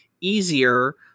easier